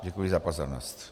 Děkuji za pozornost.